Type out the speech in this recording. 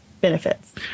benefits